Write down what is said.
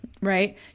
Right